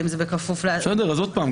האם זה בכפוף --- עוד פעם,